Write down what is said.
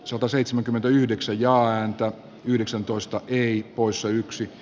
sataseitsemänkymmentäyhdeksän jaa ääntä yhdeksäntoista rii poissa yksi